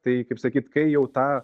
tai kaip sakyt kai jau tą